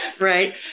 Right